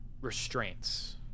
restraints